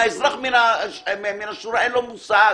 האזרח מן השורה, אין לו מושג.